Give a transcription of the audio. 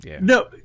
No